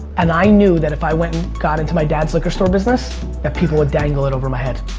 and i knew that if i went and got into my dad's liquor store business that people would dangle it over my head.